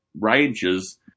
ranges